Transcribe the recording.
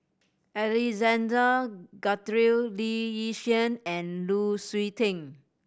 Alexander Guthrie Lee Yi Shyan and Lu Suitin